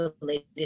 related